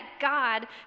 God